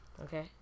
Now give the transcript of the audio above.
okay